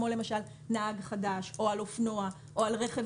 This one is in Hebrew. כמו למשל נהג חדש או על אופנוע או על רכב